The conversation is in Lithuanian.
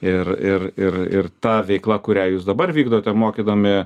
ir ir ir ir ta veikla kurią jūs dabar vykdote mokydami